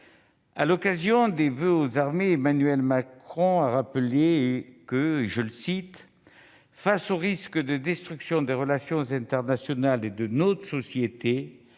À l'occasion de ses voeux aux armées, Emmanuel Macron a rappelé que, « face aux risques de destruction des relations internationales et de notre société,